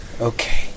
Okay